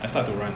I start to run